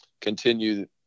continue